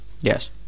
Yes